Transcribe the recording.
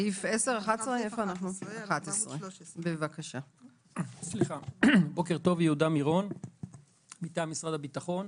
סעיף 11, עמ' 413. בבקשה.